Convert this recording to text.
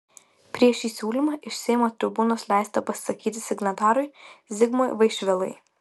prieš šį siūlymą iš seimo tribūnos leista pasisakyti signatarui zigmui vaišvilai